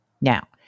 Now